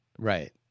Right